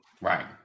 right